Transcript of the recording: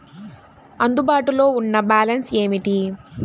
అందుబాటులో ఉన్న బ్యాలన్స్ ఏమిటీ?